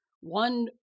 one